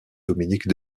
dominique